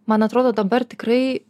man atrodo dabar tikrai